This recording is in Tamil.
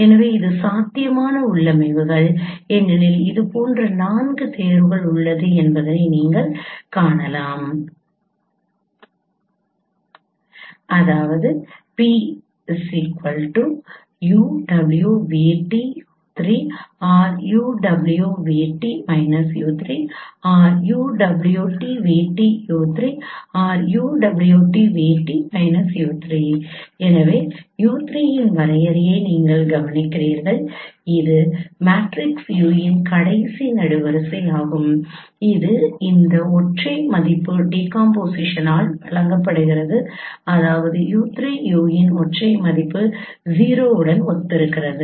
எனவே இது சாத்தியமான உள்ளமைவுகள் ஏனெனில் இதுபோன்ற நான்கு தேர்வுகள் உள்ளன என்பதை நீங்கள் காணலாம் 𝑃′ 𝑈𝑊𝑉𝑇|𝑢3 𝑜𝑟 𝑈𝑊𝑉𝑇|−𝑢3 𝑜𝑟 𝑈𝑊𝑇𝑉𝑇|𝑢3 𝑜𝑟 𝑈𝑊𝑇𝑉𝑇|−𝑢3 இங்கே U3 இன் வரையறையை நீங்கள் கவனிக்கிறீர்கள் இது மேட்ரிக்ஸ் U இன் கடைசி நெடுவரிசையாகும் இது இந்த ஒற்றை மதிப்பு டீகாம்போசிஷனால் வழங்கப்படுகிறது அதாவது U3 U இன் ஒற்றை மதிப்பு 0 உடன் ஒத்திருக்கிறது